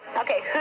okay